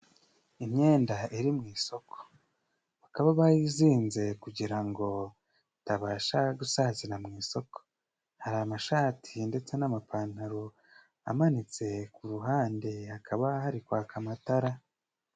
Imyenda iri mu isoko bakaba bayizinze kugira ngo itabasha gusazira mu isoko hari amashati ndetse n'amapantaro amanitse ku ruhande hakaba ahari kwaka amatara.